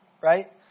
right